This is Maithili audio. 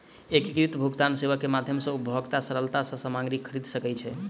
एकीकृत भुगतान सेवा के माध्यम सॅ उपभोगता सरलता सॅ सामग्री खरीद सकै छै